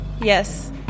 Yes